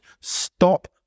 stop